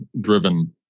driven